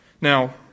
Now